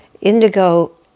indigo